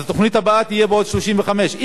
אז התוכנית הבאה תהיה בעוד 35 שנה.